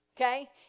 okay